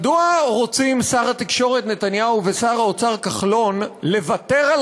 מדוע רוצים שר התקשורת נתניהו ושר האוצר כחלון לוותר על